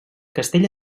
castell